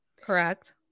Correct